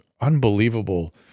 unbelievable